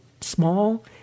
small